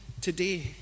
today